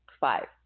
Five